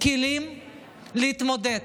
כלים להתמודד,